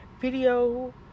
video